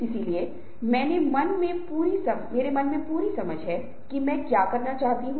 दूसरा पैर मुड़ा हुआ है आप देख सकते हैं कि घुटने यहाँ पर मुड़े हुए हैं